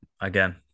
again